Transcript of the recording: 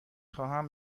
خواهم